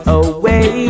away